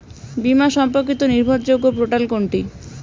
বীমা সম্পর্কিত নির্ভরযোগ্য পোর্টাল কোনটি?